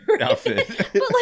outfit